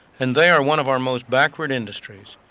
and they are one of our most backward industries.